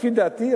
לפי דעתי,